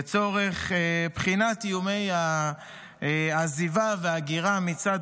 לצורך בחינת איומי העזיבה וההגירה מצד